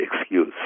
excuse